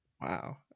Wow